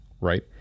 right